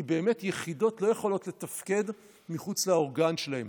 כי באמת יחידות לא יכולות לתפקד מחוץ לאורגן שלהן.